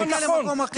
אלכסנדר.